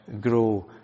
grow